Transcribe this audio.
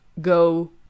go